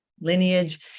lineage